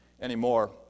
anymore